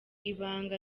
ibanga